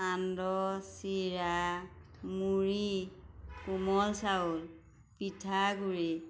সান্দহ চিৰা মুড়ি কোমল চাউল পিঠাগুড়ি